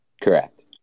Correct